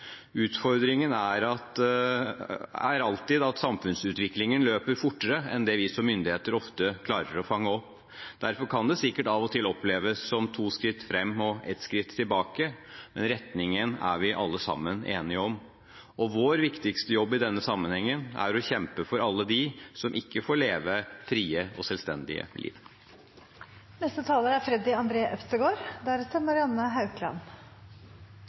Utfordringen er alltid at samfunnsutviklingen løper fortere enn det vi som myndigheter ofte klarer å fange opp. Derfor kan det sikkert av og til oppleves som to skritt fram og ett skritt tilbake, men retningen er vi alle sammen enige om. Vår viktigste jobb i denne sammenheng er å kjempe for alle dem som ikke får leve frie og selvstendige liv. Økonomisk selvstendighet er